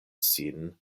sin